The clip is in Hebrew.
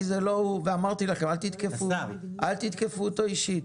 כי זה לא הוא ואמרתי לך אל תתקפו אותו אישית,